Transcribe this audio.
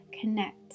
connect